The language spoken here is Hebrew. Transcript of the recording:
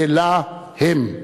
אלא הם,